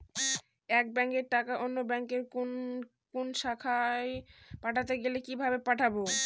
এক ব্যাংকের টাকা অন্য ব্যাংকের কোন অন্য শাখায় পাঠাতে গেলে কিভাবে পাঠাবো?